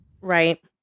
Right